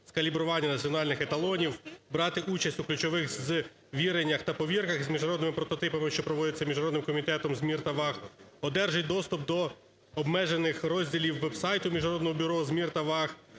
калібрування національних еталонів, брати участь у ключових звіреннях та повірках з міжнародними прототипами, що проводяться Міжнародним комітетом з мір та ваг, одержить доступ до обмежених розділів веб-сайту Міжнародного бюро з мір та ваг,